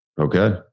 Okay